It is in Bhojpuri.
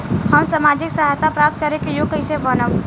हम सामाजिक सहायता प्राप्त करे के योग्य कइसे बनब?